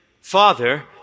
Father